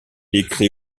écrit